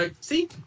See